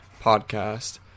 podcast